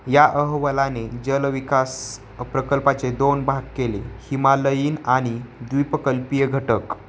या अहवालाने जलविकास प्रकल्पाचे दोन भाग केले हिमालयीन आणि द्विपकल्पीय घटक